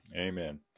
amen